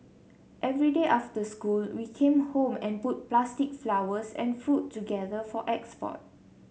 every day after school we came home and put plastic flowers and fruit together for export